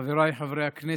חבריי חברי הכנסת,